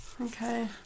Okay